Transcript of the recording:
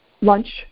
lunch